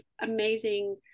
amazing